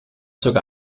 sogar